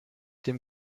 dem